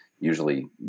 usually